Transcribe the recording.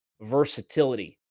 versatility